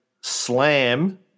Slam